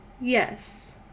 Yes